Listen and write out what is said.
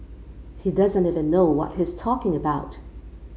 he doesn't even know what he's talking about